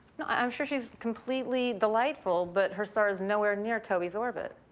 no, i'm sure she's completely delightful, but her star is nowhere near toby's orbit.